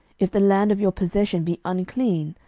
if the land of your possession be unclean,